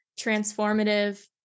transformative